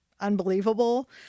unbelievable